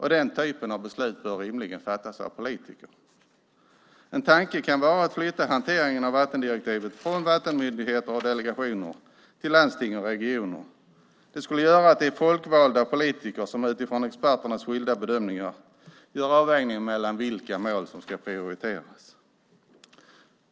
Den typen av beslut bör rimligen fattas av politiker. En tanke kan vara att flytta hanteringen av vattendirektivet från vattenmyndigheter och delegationer till landsting och regioner. Det skulle göra att det är folkvalda politiker som utifrån experternas skilda bedömningar gör avvägningen mellan vilka mål som ska prioriteras.